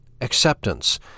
Acceptance